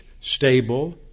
stable